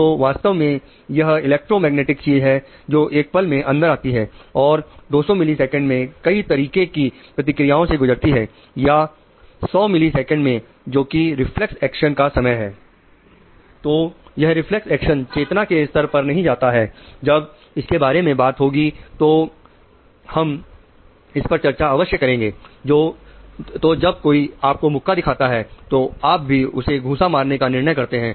तो यह reflex action चेतना के स्तर पर नहीं जाता है जब इसके बारे में बात होगी तो हम इस पर चर्चा अवश्य करेंगे तो जब कोई आपको मुक्का दिखाता है तो आप भी उसे घूंसा मारने का निर्णय करते हैं